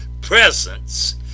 presence